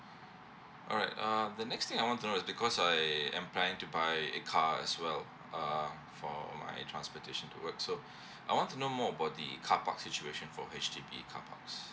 all right uh the next thing I want to know is because I I'm planning to buy a car as well uh for my transportation to work so I want to know more about the car park situation for H_D_B car parks